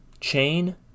Chain